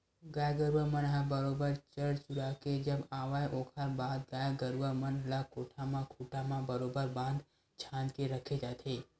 गाय गरुवा मन ह बरोबर चर चुरा के जब आवय ओखर बाद गाय गरुवा मन ल कोठा म खूंटा म बरोबर बांध छांद के रखे जाथे